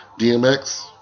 DMX